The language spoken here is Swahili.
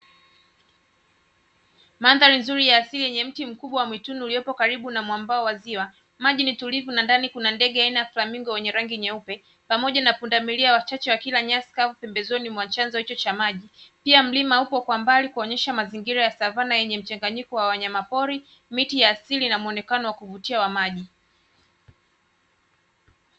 Mandhari nzuri ya asili yenye mti mkubwa wa mwituni ulio karibu na mwambao wa ziwa, maji ni utulivu na ndani kuna ndege aina ya flamingo wenye rangi nyeupe, pamoja na pundamilia wachache wakila nyasi kavu pembezoni mwa chanzo hicho cha maji, pia mlima uko kwa mbali kuonyesha hali ya savana yenye mchanganyiko wa wanyamapori, miti ya asili na muonekano wa kuvutia wa maji.